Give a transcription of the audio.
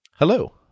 Hello